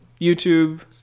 YouTube-